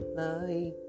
bye